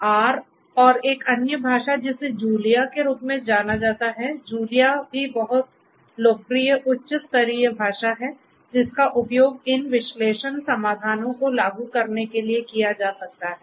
तो R और एक अन्य भाषा जिसे जूलिया के रूप में जाना जाता है जूलिया भी एक बहुत लोकप्रिय उच्च स्तरीय भाषा है जिसका उपयोग इन विश्लेषण समाधानों को लागू करने के लिए किया जा सकता है